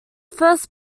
first